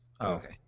okay